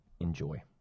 Enjoy